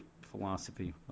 philosophy